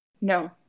No